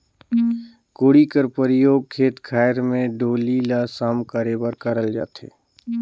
कोड़ी कर परियोग खेत खाएर मे डोली ल सम करे बर करल जाथे